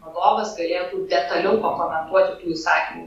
vadovas galėtų detaliau pakomentuoti tų įsakymų